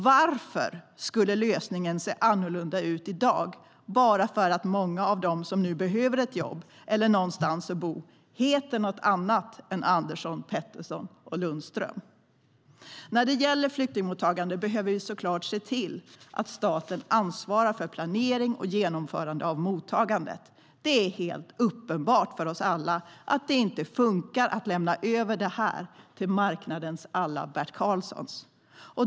Varför skulle lösningen se annorlunda ut i dag bara för att många av dem som nu behöver ett jobb och någonstans att bo heter något annat än Andersson, Pettersson och Lundström? När det gäller flyktingmottagandet behöver vi såklart se till att staten ansvarar för planering och genomförande av mottagandet. Det är helt uppenbart för oss alla att det inte fungerar att lämna över det till marknadens alla Bert Karlsson.